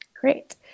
Great